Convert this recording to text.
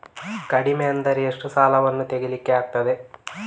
ಕಡಿಮೆ ಅಂದರೆ ಎಷ್ಟು ಸಾಲವನ್ನು ತೆಗಿಲಿಕ್ಕೆ ಆಗ್ತದೆ?